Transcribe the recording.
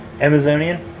Amazonian